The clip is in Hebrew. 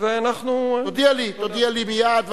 תודיע לי מייד,